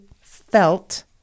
felt